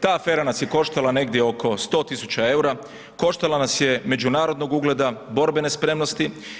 Ta afera nas je koštala negdje oko 100 tisuća eura, koštala nas je međunarodnog ugleda, borbene spremnosti.